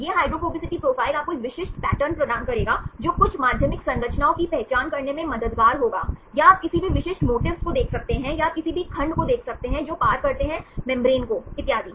यह hydrophobicity profile आपको एक विशिष्ट पैटर्न प्रदान करेगा जो कुछ माध्यमिक संरचनाओं की पहचान करने में मददगार होगा या आप किसी भी विशिष्ट मोटिफ्स को देख सकते हैं या आप किसी भी खंड को देख सकते हैं जो पार करते है मेम्ब्रेन को इतियादी